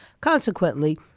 Consequently